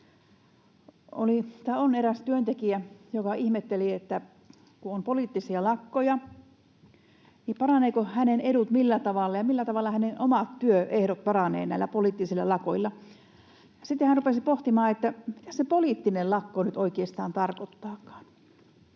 On eräs työntekijä, joka ihmetteli, että kun on poliittisia lakkoja, niin millä tavalla hänen etunsa paranevat ja millä tavalla hänen omat työehtonsa paranevat näillä poliittisilla lakoilla. Sitten hän rupesi pohtimaan, mitä se poliittinen lakko nyt oikeastaan tarkoittaakaan.